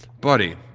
buddy